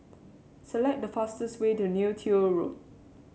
select the fastest way to Neo Tiew Road